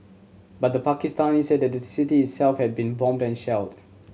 but the Pakistanis said the city itself had been bombed and shelled